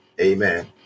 Amen